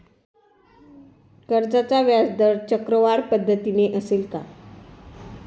कर्जाचा व्याजदर चक्रवाढ पद्धतीने असेल का?